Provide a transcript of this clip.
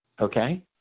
okay